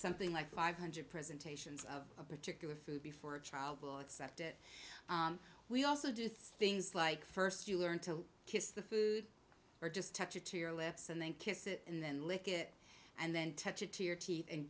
something like five hundred presentations of a particular food before a child will accept it we also do things like first you learn to kiss the food or just touch it to your lips and then kiss it and then lick it and then touch it to your teeth and